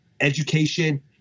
education